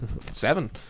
Seven